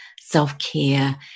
self-care